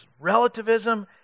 Relativism